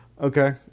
Okay